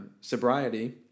sobriety